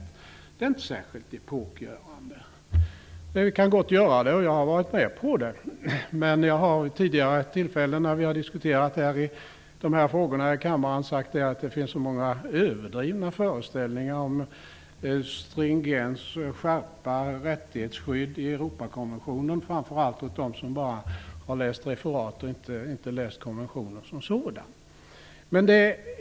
Det är inte särskilt epokgörande. Vi kan gott göra det, och jag har varit med på det. Men jag har vid tidigare tillfällen när vi har diskuterat detta i kammaren sagt att det finns så många överdrivna föreställningar om stringens, skärpa och rättighetsskydd i Europakonventionen, framför allt hos dem som bara har läst referat och inte konventionen som sådan.